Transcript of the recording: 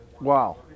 Wow